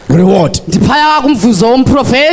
reward